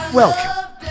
Welcome